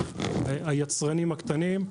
היצרנים הקטנים,